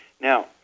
Now